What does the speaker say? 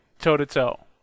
toe-to-toe